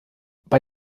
bei